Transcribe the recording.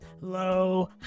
low